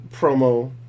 promo